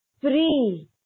free